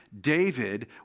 David